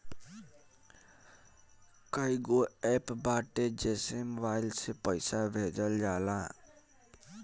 कईगो एप्प बाटे जेसे मोबाईल से पईसा भेजल जाला